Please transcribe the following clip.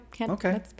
Okay